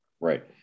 Right